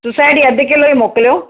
society अधु किलो ई मोकिलिजो